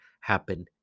happen